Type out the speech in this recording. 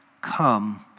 Come